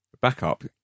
backup